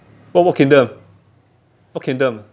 oh what kingdom what kingdom